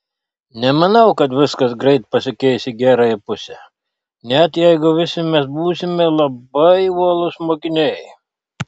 nemanau kad viskas greit pasikeis į gerąją pusę net jeigu visi mes būsime labai uolūs mokiniai